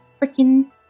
Freaking